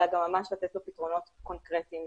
אלא ממש לתת לו פתרונות קונקרטיים